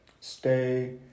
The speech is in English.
stay